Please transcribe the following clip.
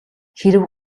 хэрэв